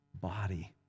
body